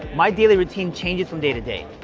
my daily routine changes from day to day.